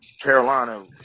Carolina